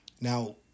Now